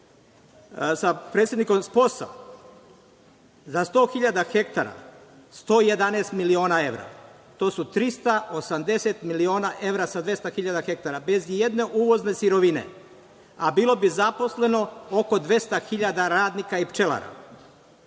sa predsednikom SPOS-a, za 100 hiljada hektara 111 miliona evra i to su 380 miliona evra sa 200 hiljada hektara, bez i jedne uvozne sirovine, a bilo bi zaposleno oko 200 hiljada radnika i pčelara.